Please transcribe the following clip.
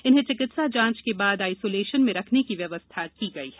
इन्हें चिकित्सा जांच के बाद आइसोलेशन में रखने की व्यवस्था की गई है